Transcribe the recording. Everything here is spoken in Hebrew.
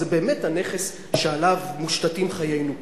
זה באמת הנכס שעליו מושתתים חיינו כאן.